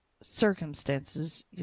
circumstances